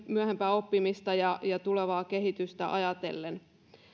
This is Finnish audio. myöhempää oppimista ja ja tulevaa kehitystä ajatellen